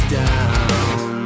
down